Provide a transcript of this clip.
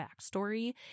backstory